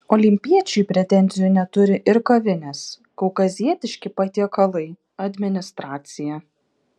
olimpiečiui pretenzijų neturi ir kavinės kaukazietiški patiekalai administracija